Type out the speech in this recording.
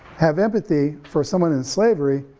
have empathy for someone in slavery,